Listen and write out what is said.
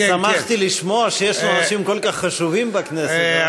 שמחתי לשמוע שיש אנשים כל כך חשובים בכנסת הזאת.